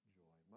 joy